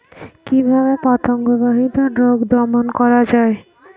কিভাবে পতঙ্গ বাহিত রোগ দমন করা যায়?